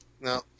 No